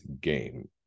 game